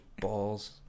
balls